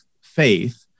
faith